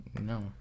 No